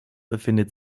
befindet